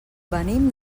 venim